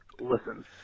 listen